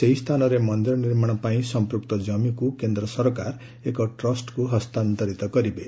ସେହି ସ୍ଥାନରେ ମନ୍ଦିର ନିର୍ମାଣ ପାଇଁ ସଂପୂକ୍ତ କମିକୁ କେନ୍ଦ୍ର ସରକାର ଏକ ଟ୍ରଷ୍ଟକୁ ହସ୍ତାନ୍ତରିତ କରିବେ